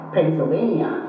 Pennsylvania